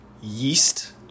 yeast